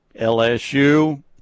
LSU